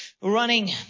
running